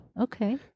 Okay